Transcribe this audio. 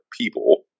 people